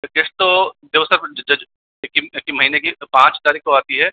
किस्त तो देखो सर एक ही महीने की पाँच तारीख को आती है